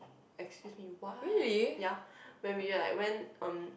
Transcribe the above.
excuse me what ya when we are like went erm